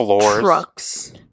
Trucks